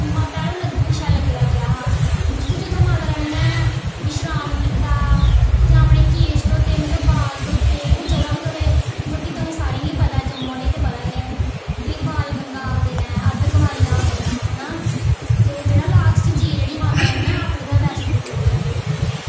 मां भैरो लग्गी गेआ पिच्छें लग्गे दा गेआ हा जित्थें जित्थें माता रानी ने विश्राम कीता जां अपने केश धोते मतलब कि बाल धोते ओह् जगह् बी तुसेंगी मतलब कि तुसें सारें गी गै पता ऐ जम्मू आह्लें गी ते पता गै ऐ कि बालगंगा आखदे न अद्ध कुवारी आखदे न है ना ते जेह्ड़ा लास्ट च जाइयै जेह्ड़ी माता रानी ने अपने उत्थै वैष्णो देवी उप्पर